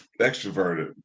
extroverted